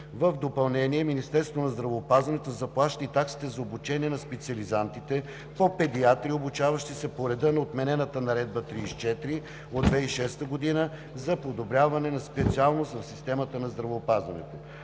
В допълнение Министерството на здравеопазването заплаща и таксите за обучение на специализантите по педиатрия, обучаващи се по реда на отменената Наредба № 34 от 2006 г. за придобиване на специалност в системата на здравеопазването.